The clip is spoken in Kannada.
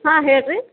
ಹಾಂ ಹೇಳಿರಿ